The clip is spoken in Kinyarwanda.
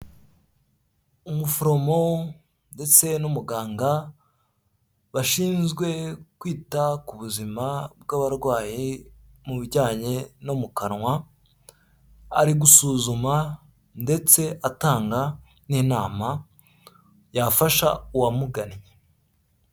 Umuforomo ndetse n'umuganga bashinzwe kwita ku buzima bw'abarwayi mu bijyanye no mu kanwa ari gusuzuma ndetse atanga n'inama yafasha uwamugannye.